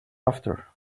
after